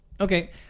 Okay